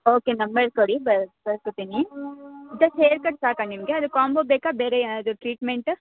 okay number ಕೊಡಿ ಬರ್ಕೋತಿನಿ just hair cut ಸಾಕಾ ನಿಮಗೆ ಅದಕ್ಕೆ ಕಾಂಬೋ ಬೇಕಾ ಬೇರೆ ಏನಾದ್ರು ಟ್ರೀಟ್ಮೆಂಟ್